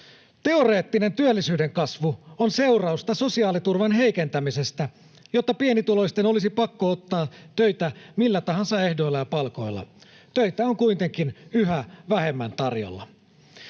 Teoreettinen työllisyyden kasvu on seurausta sosiaaliturvan heikentämisestä, jotta pienituloisten olisi pakko ottaa töitä millä tahansa ehdoilla ja palkoilla. Töitä on kuitenkin yhä vähemmän tarjolla.